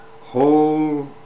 whole